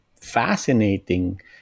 fascinating